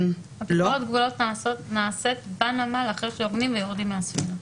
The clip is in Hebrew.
ביקורת הגבולות נעשית בנמל אחרי שעוגנים ויורדים מהספינה.